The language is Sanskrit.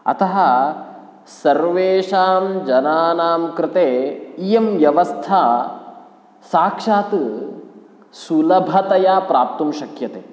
अतः सर्वेषां जनानां कृते इयं व्यवस्था साक्षात् सुलभतया प्राप्तुं शक्यते